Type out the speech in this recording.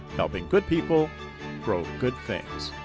helping good people grow good things.